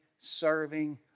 serving